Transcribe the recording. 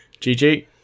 GG